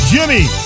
Jimmy